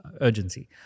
urgency